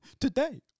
Today